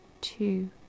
two